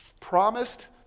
promised